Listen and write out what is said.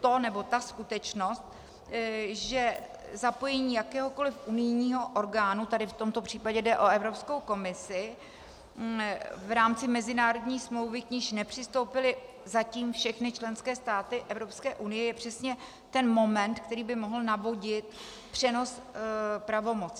to, nebo ta skutečnost, že zapojení jakéhokoli unijního orgánu, tady v tomto případě jde o Evropskou komisi, v rámci mezinárodní smlouvy, k níž nepřistoupily zatím všechny členské státy Evropské unie, je přesně ten moment, který by mohl navodit přenos pravomocí.